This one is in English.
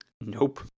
Nope